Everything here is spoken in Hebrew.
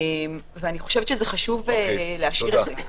ואני חושבת שזה חשוב להשאיר את זה.